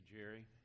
Jerry